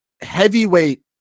heavyweight